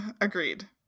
Agreed